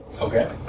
Okay